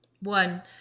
One